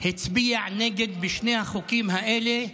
הצביע נגד בשני החוקים האלה.